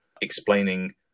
explaining